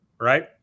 right